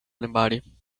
anybody